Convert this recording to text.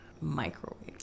Microwave